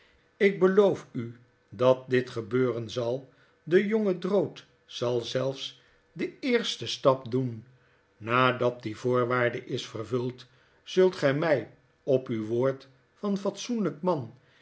ik beloof u dat ditgebeuren zal de jonge drood zal zelfs den eersten stap doen nadat die voorwaarde is vervuld zult gy my op uw woord van fatsoenlyk man